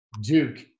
Duke